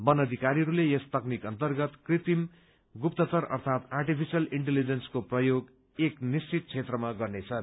वन अधिकारीहरूले यस तकनिक अन्तर्गत कृत्रिम गुप्तचर अर्थात आर्टिफिशयल इन्टेलिजेन्सको प्रयोग एक निश्चित क्षेत्रमा गर्नेछन्